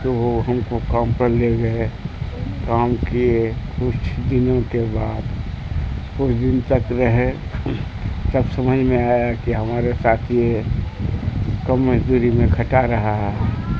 تو وہ ہم کو کام پر لے گئے کام کیے کچھ دنوں کے بعد کچھ دن تک رہے تب سمجھ میں آیا کہ ہمارے ساتھ یہ کم مزدوری میں کھٹا رہا ہے